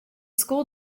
school